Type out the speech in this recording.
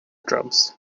drums